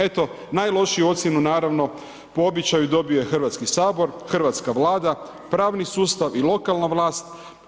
Eto najlošiju ocjenu naravno po običaju dobio je Hrvatski sabor, Hrvatska vlada, pravni sustav i lokalna vlast.